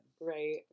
right